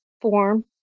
form